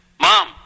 Mom